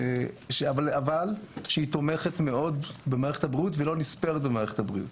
אבל שתומכת מאוד במערכת הבריאות ולא נספרת במערכת הבריאות